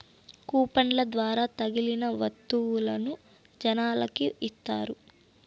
కూపన్ల ద్వారా తగిలిన వత్తువులను జనాలకి ఇత్తారు